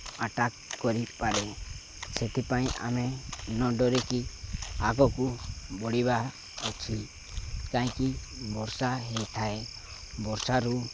attack କରିପାରେ ସେଥିପାଇଁ ଆମେ ନଡ଼ରିକିି ଆଗକୁ ବଢ଼ିବା ଅଛି କାହିଁକି ବର୍ଷା ହୋଇଥାଏ ବର୍ଷାରୁ